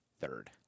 Third